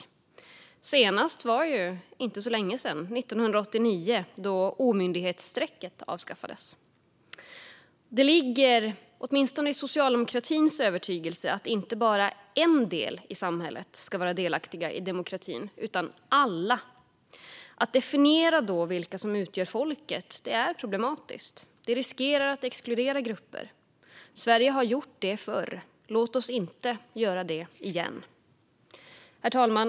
Detta skedde senast för inte så länge sedan, 1989, då omyndighetsstrecket avskaffades. Det ingår i åtminstone socialdemokratins övertygelse att inte bara en del av samhället ska vara delaktig i demokratin, utan alla. Att då definiera vilka som utgör folket är problematiskt. Man riskerar att exkludera grupper. Sverige har gjort det förr - låt oss inte göra det igen. Herr talman!